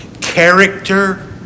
character